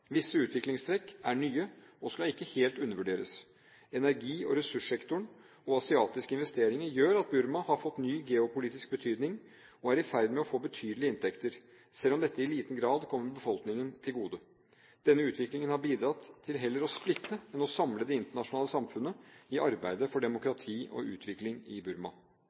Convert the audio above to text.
Visse utviklingstrekk er nye, og de skal ikke helt undervurderes: Energi- og ressurssektoren og asiatiske investeringer gjør at Burma har fått ny geopolitisk betydning, og er i ferd å få betydelige inntekter, selv om dette i liten grad kommer befolkningen til gode. Denne utviklingen har bidratt til heller å splitte enn å samle det internasjonale samfunnet i arbeidet for demokrati og utvikling i Burma.